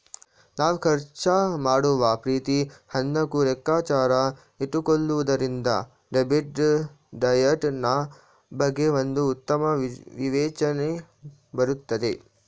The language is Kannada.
ನಾವ್ ಖರ್ಚು ಮಾಡುವ ಪ್ರತಿ ಹಣಕ್ಕೂ ಲೆಕ್ಕಾಚಾರ ಇಟ್ಟುಕೊಳ್ಳುವುದರಿಂದ ಡೆಬಿಟ್ ಡಯಟ್ ನಾ ಬಗ್ಗೆ ಒಂದು ಉತ್ತಮ ವಿವೇಚನೆ ಬರುತ್ತದೆ